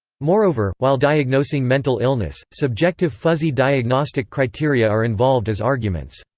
moreover, while diagnosing mental illness, subjective fuzzy diagnostic criteria are involved as arguments.